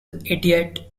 idiot